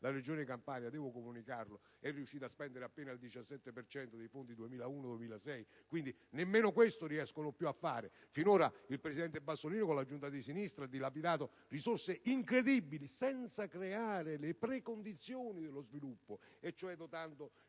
la Regione Campania, devo comunicarlo, è riuscita a spendere appena il 17 per cento dei fondi 2001-2006, quindi, nemmeno questo riescono più a fare. Finora il presidente Bassolino, con la giunta di sinistra, ha dilapidato risorse incredibili, senza creare le precondizioni dello sviluppo, senza cioè dotare